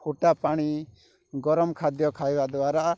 ଫୁଟା ପାଣି ଗରମ ଖାଦ୍ୟ ଖାଇବା ଦ୍ଵାରା